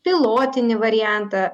pilotinį variantą